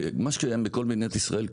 מה שקיים בכל מדינת ישראל,